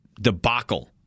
debacle